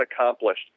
accomplished